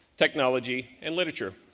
technology, and literature.